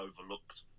overlooked